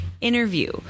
interview